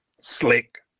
slick